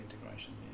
integration